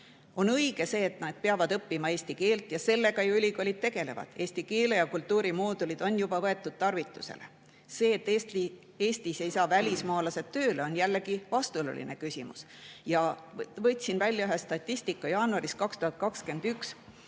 On õige, et nad peavad õppima eesti keelt, ja sellega ju ülikoolid tegelevad. Eesti keele ja kultuuri moodulid on juba tarvitusele võetud. See, et Eestis ei saa välismaalased tööle – jällegi vastuoluline küsimus. Võtsin välja ühe statistika. Jaanuaris 2021